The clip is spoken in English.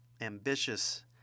ambitious